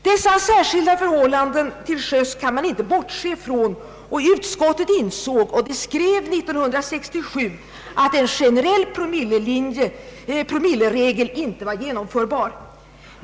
Dessa särskilda förhållanden = till sjöss kan man inte bortse från, och utiskottet ansåg och skrev 1967 att en generell promilleregel inte var genomförbar.